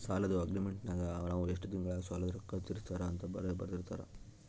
ಸಾಲದ್ದು ಅಗ್ರೀಮೆಂಟಿನಗ ನಾವು ಎಷ್ಟು ತಿಂಗಳಗ ಸಾಲದ ರೊಕ್ಕ ತೀರಿಸುತ್ತಾರ ಅಂತ ಬರೆರ್ದಿರುತ್ತಾರ